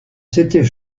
s’était